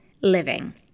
living